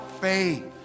faith